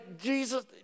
jesus